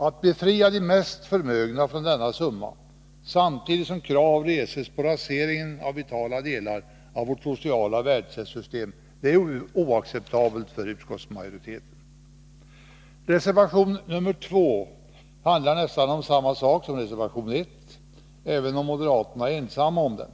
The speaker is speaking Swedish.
Att befria de mest förmögna från denna summa, samtidigt som krav reses på rasering av vitala delar av vårt sociala välfärdssystem, är oacceptabelt för utskottsmajoriteten. Reservation 2 handlar om nästan samma sak som reservation 1, även om moderaterna är ensamma om den.